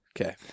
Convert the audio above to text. Okay